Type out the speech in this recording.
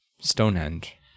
Stonehenge